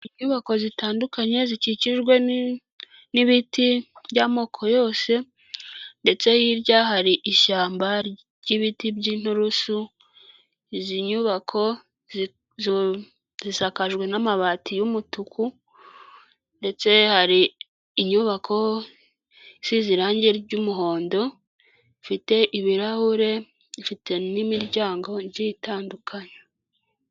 Inyubako zitandukanye zikikijwe n'ibiti by'amoko yose ndetse hirya hari ishyamba ry'ibiti by'inturusu, izi nyubako zisakajwe n'amabati y'umutuku ndetse hari inyubako isize irangi ry'umuhondo, ifite ibirahure, ifite n'imiryango igiye itandukanye.